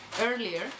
earlier